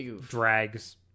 drags